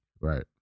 Right